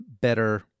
better